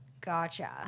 Gotcha